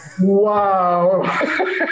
Wow